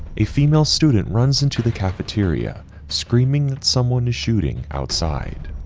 a female student runs into the cafeteria screaming that someone is shooting outside.